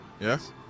Yes